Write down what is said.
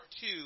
two